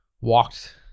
walked